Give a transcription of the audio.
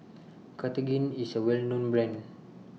Cartigain IS A Well known Brand